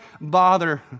bother